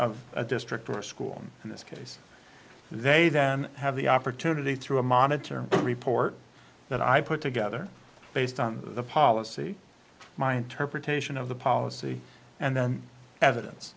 district or school in this case they then have the opportunity through a monitor report that i put together based on the policy my interpretation of the policy and the evidence